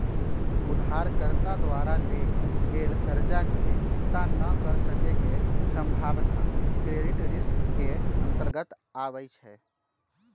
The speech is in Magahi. उधारकर्ता द्वारा लेल गेल कर्जा के चुक्ता न क सक्के के संभावना क्रेडिट रिस्क के अंतर्गत आबइ छै